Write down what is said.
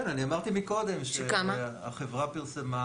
כן, אני אמרתי קודם שהחברה פרסמה